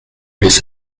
his